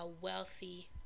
wealthy